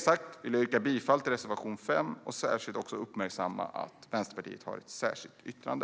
Jag yrkar bifall till reservation 5 och vill uppmärksamma att Vänsterpartiet har ett särskilt yttrande.